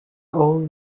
old